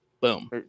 Boom